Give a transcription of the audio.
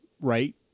right